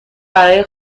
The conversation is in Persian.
برا